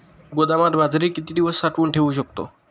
गोदामात बाजरी किती दिवस साठवून ठेवू शकतो?